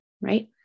Right